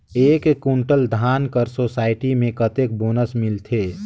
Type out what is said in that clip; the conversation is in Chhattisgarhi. एक कुंटल धान कर सोसायटी मे कतेक बोनस मिलथे?